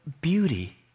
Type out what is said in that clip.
beauty